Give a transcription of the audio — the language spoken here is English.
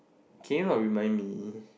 can you not remind me